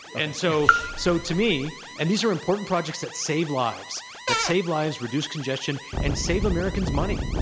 and so so to me and these are important projects that save lives, that save lives, reduce congestion and save americans money.